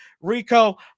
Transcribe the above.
Rico